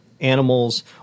animals